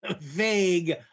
vague